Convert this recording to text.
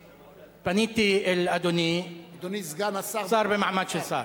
פניתי לאדוני, אדוני סגן השר במעמד שר.